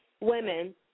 women